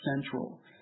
Central